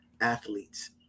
athletes